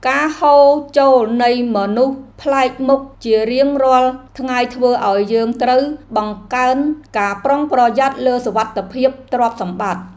ការហូរចូលនៃមនុស្សប្លែកមុខជារៀងរាល់ថ្ងៃធ្វើឱ្យយើងត្រូវបង្កើនការប្រុងប្រយ័ត្នលើសុវត្ថិភាពទ្រព្យសម្បត្តិ។